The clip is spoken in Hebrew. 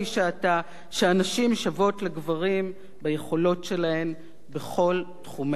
שהנשים שוות לגברים ביכולות שלהן בכל תחומי החיים.